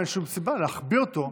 אין שום סיבה להחביא אותו מהאזרחים.